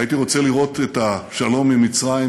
הייתי רוצה לראות את השלום עם מצרים